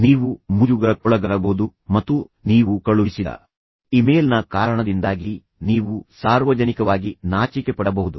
ನೀವು ಮುಜುಗರಕ್ಕೊಳಗಾಗಬಹುದು ಮತ್ತು ನೀವು ಕಳುಹಿಸಿದ ಇಮೇಲ್ನ ಕಾರಣದಿಂದಾಗಿ ನೀವು ಸಾರ್ವಜನಿಕವಾಗಿ ನಾಚಿಕೆಪಡಬಹುದು